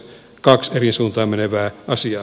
kaksi eri suuntaan menevää asiaa